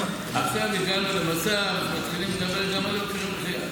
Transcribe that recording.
עכשיו הגענו למצב שמתחילים לדבר גם על יוקר המחיה.